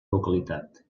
localitat